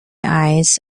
eyes